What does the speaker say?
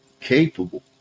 capable